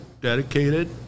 dedicated